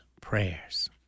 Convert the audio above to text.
prayers